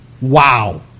Wow